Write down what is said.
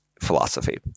philosophy